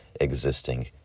existing